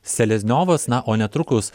selezniovas na o netrukus